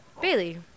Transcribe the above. Bailey